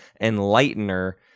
Enlightener